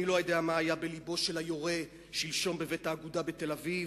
אני לא יודע מה היה בלבו של היורה שלשום בבית האגודה בתל-אביב.